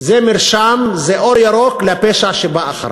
זה מרשם, זה אור ירוק לפשע שבא אחריו.